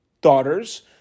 daughters